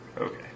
Okay